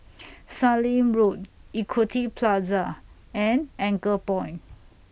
Sallim Road Equity Plaza and Anchorpoint